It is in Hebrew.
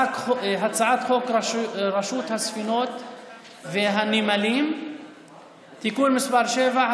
הצעת חוק רשות הספנות והנמלים (תיקון מס' 7),